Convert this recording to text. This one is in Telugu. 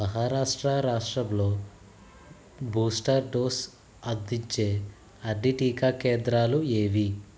మహారాష్ట్ర రాష్ట్రంలో బూస్టర్ డోసు అందించే అన్ని టీకా కేంద్రాలు ఏవి